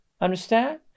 Understand